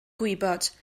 gwybod